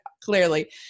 clearly